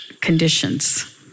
conditions